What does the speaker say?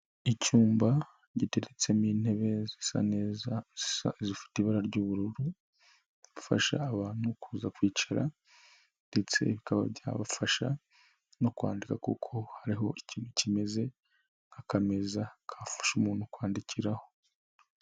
Icyumba gitetsemo intebe zisa neza zifite ibara ry'ubururu, zufasha abantu kuza kwicara ndetse bikaba byabafasha no kwandika, kuko hariho ikintu kimeze nk'akameza cyafasha umuntu kwandikiraho.